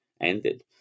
ended